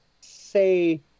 say